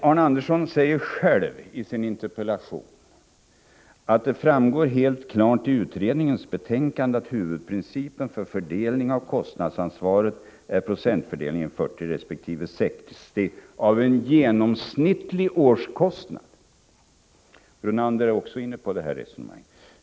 Arne Andersson säger själv i sin interpellation: ”Det framgår helt klart i utredningens betänkande att huvudprincipen för fördelning av kostnadsansvaret är procentfördelningen 40 resp. 60 av en genomsnittlig årskostnad.” Lennart Brunander är också inne på det resonemanget.